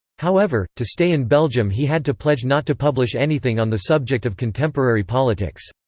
however, to stay in belgium he had to pledge not to publish anything on the subject of contemporary politics.